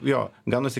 jo gaunasi